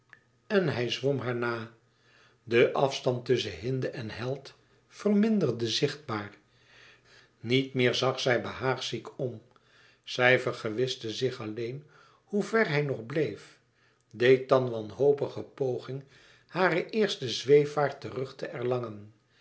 en hij zwom haar na de afstand tusschen hinde en held verminderde zichtbaar niet meer zag zij behaagziek om zij vergewiste zich alleen hoe ver hij nog bleef deed dan wanhopige poging hare eerste zweefvaart terug te erlangen